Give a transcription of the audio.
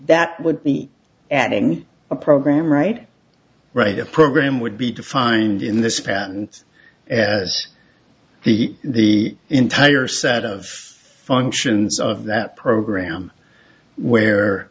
that would be adding a program right write a program would be defined in this patent as the the entire set of functions of that program where